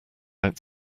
out